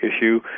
issue